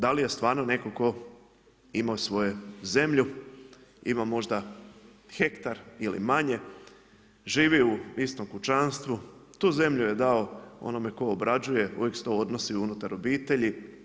Da li je stvarno netko tko ima svoju zemlju, ima možda hektar ili manje, živi u istom kućanstvu, tu zemlju je dao onome tko obrađuje, uvijek se to odnosi unutar obitelji.